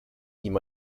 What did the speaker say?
ihm